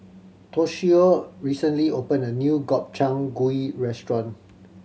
Toshio recently opened a new Gobchang Gui Restaurant